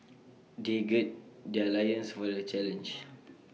they gird their loins for the challenge